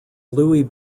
louie